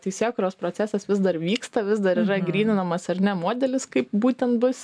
teisėkūros procesas vis dar vyksta vis dar yra gryninamas ar ne modelis kaip būtent bus